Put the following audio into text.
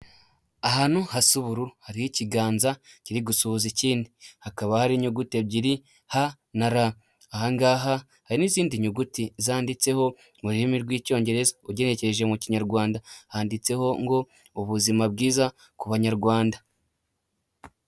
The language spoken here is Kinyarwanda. Ahantu hasa uburu, hari ikiganza kiri gusuhuza ikindi, hakaba hari inyuguti ebyiri H na R, ahangaha hari n'izindi nyuguti zanditseho mu rurimi rw'icyongereza ugerekeje mu Kinyarwanda handitseho ngo "ubuzima bwiza ku Banyarwanda".